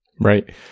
Right